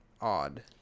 odd